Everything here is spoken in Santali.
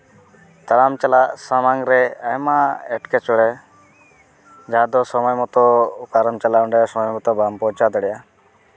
ᱛᱟᱲᱟᱢ ᱪᱟᱞᱟᱜ ᱥᱟᱢᱟᱝ ᱨᱮ ᱟᱭᱢᱟ ᱮᱸᱴᱠᱮᱴᱚᱬᱮ ᱡᱟᱦᱟᱸ ᱫᱚ ᱥᱚᱢᱚᱭ ᱢᱚᱛᱚ ᱚᱠᱟᱨᱮᱢ ᱪᱟᱞᱟᱜᱼᱟ ᱚᱸᱰᱮ ᱥᱚᱢᱚᱭ ᱢᱚᱛᱚ ᱵᱟᱢ ᱯᱳᱣᱪᱷᱟᱣ ᱫᱟᱲᱮᱭᱟᱜᱼᱟ